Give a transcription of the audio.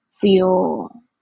feel